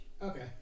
Okay